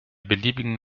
beliebigen